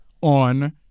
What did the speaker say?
on